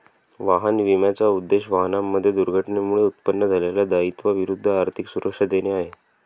वाहन विम्याचा उद्देश, वाहनांमध्ये दुर्घटनेमुळे उत्पन्न झालेल्या दायित्वा विरुद्ध आर्थिक सुरक्षा देणे आहे